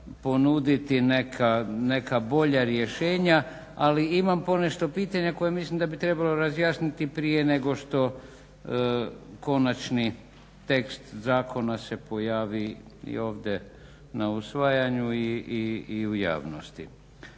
ponuditi neka bolja rješenja ali imam ponešto pitanja koja mislim da bi trebalo razjasniti prije nego što konačni tekst zakona se pojavi i ovdje na usvajanju i u javnosti.